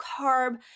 carb